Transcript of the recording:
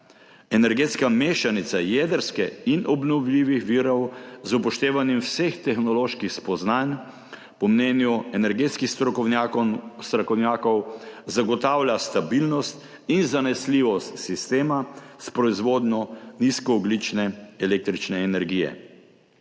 Energetska mešanica jedrske in obnovljivih virov z upoštevanjem vseh tehnoloških spoznanj po mnenju energetskih strokovnjakov zagotavlja stabilnost in zanesljivost sistema s proizvodnjo nizkoogljične električne energije.